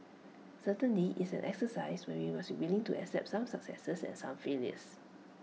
certainly it's an exercise where we must be willing to accept some successes and some failures